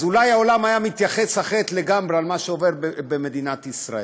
אז אולי העולם היה מתייחס אחרת לגמרי למה שעובר על מדינת ישראל.